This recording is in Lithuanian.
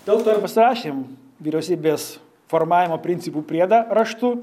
dėl to ir pasirašėm vyriausybės formavimo principų priedą raštu